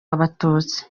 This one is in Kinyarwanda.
abatutsi